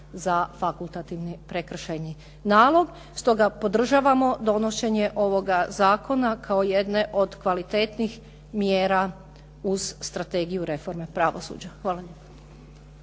za fakultativni prekršajni nalog. Stoga podržavamo donošenje ovoga zakona kao jedne od kvalitetnih mjera uz Strategiju reforme pravosuđa. Hvala lijepo.